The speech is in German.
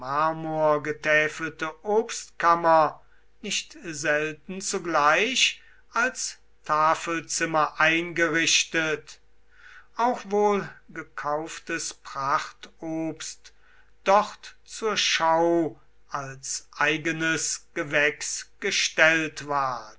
marmorgetäfelte obstkammer nicht selten zugleich als tafelzimmer eingerichtet auch wohl gekauftes prachtobst dort zur schau als eigenes gewächs gestellt ward